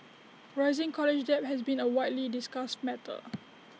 rising college debt has been A widely discussed matter